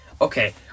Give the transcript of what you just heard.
Okay